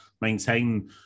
maintain